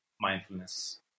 mindfulness